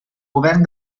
govern